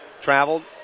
traveled